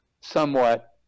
somewhat